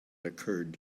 occured